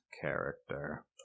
character